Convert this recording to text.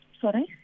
sorry